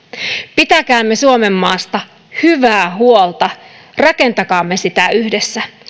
pitäkäämme suomenmaasta hyvää huolta rakentakaamme sitä yhdessä